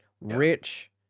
Rich